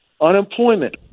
Unemployment